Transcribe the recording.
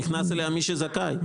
נכנס אליה מי שזכאי.